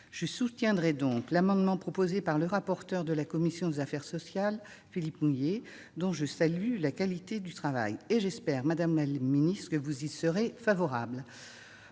Je soutiendrai donc l'amendement proposé par le rapporteur pour avis de la commission des affaires sociales, Philippe Mouiller, dont je salue la qualité du travail. J'espère, madame la secrétaire d'État, que vous y serez favorable.